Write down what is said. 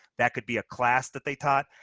that could be a class that they taught.